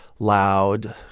loud,